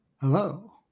Hello